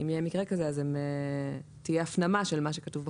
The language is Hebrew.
אם יהיה מקרה כזה, תהיה הפנמה של מה שכתוב בחוק.